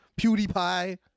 PewDiePie